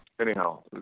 Anyhow